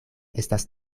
estas